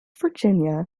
virginia